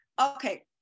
okay